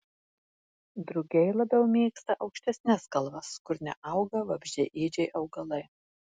drugiai labiau mėgsta aukštesnes kalvas kur neauga vabzdžiaėdžiai augalai